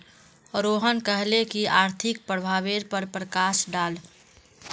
रोहन कहले की आर्थिक प्रभावेर पर प्रकाश डाल